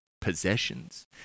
possessions